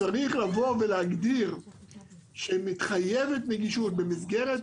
- צריך לבוא ולהגדיר שמתחייבת נגישות במסגרת